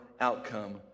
outcome